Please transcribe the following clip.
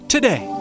Today